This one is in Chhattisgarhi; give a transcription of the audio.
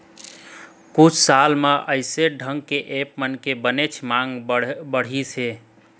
कुछ साल म अइसन ढंग के ऐप मन के बनेच मांग बढ़िस हे